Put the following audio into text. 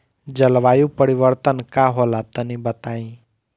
जलवायु परिवर्तन का होला तनी बताई?